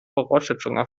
voraussetzungen